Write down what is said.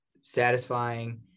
satisfying